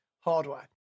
hardware